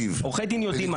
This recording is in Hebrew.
עורכי דין יודעים מה זה.